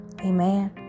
Amen